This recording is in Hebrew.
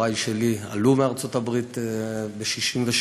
הורי שלי עלו מארצות-הברית ב-1967.